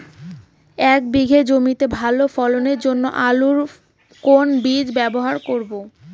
এক বিঘে জমিতে ভালো ফলনের জন্য আলুর কোন বীজ ব্যবহার করব?